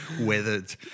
weathered